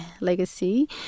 legacy